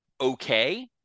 okay